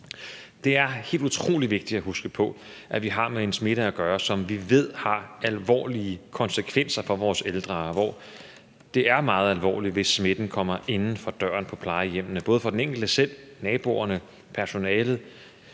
Det er helt utrolig vigtigt at huske på, at vi har med en smitte at gøre, som vi ved har alvorlige konsekvenser for vores ældre, og at det er meget alvorligt, hvis smitten kommer inden for døren på plejehjemmene, både for den enkelte selv, naboerne, personalet